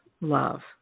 love